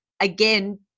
again